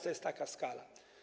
To jest taka skala.